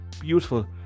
beautiful